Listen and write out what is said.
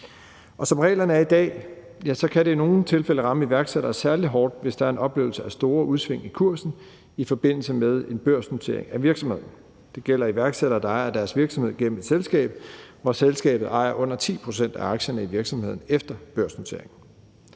Som reglerne er i dag, kan det i nogle tilfælde ramme iværksættere særlig hårdt, hvis der er en oplevelse af store udsving i kursen i forbindelse med en børsnotering af virksomheden. Det gælder iværksættere, der ejer deres virksomhed gennem et selskab, hvor selskabet ejer under 10 pct. af aktierne i virksomheden efter børsnoteringen.